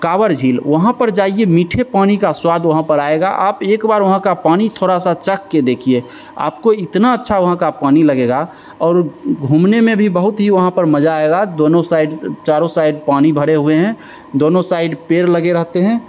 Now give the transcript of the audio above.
कावड झील वहाँ पर जाइए मीठे पानी का स्वाद वहाँ पर आएगा आप एक बार वहाँ का पानी थोड़ा सा चख के देखिए आपको इतना अच्छा वहाँ का पानी लगेगा और घूमने में भी बहुत ही वहाँ पर मजा आएगा दोनों साइड चारों साइड पानी भरे हुए हैं दोनों साइड पेड़ लगे रहते हैं